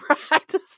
practice